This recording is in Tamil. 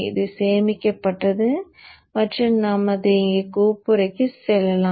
இது சேமிக்கப்பட்டது மற்றும் நாம் இங்கே கோப்புறைக்கு செல்லலாம்